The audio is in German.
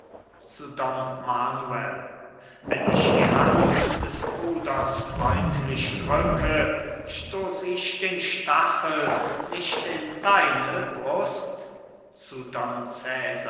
don manuel wenn ich die hand des bruders freundlich drücke stoß ich den stachen nicht in deine brust zu